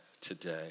today